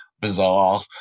bizarre